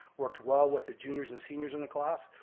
worked well with the juniors and seniors in the class,